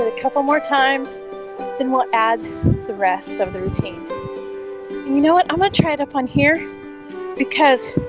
ah couple more times then we'll add the rest of the routine you know what i'm gonna try it up on here because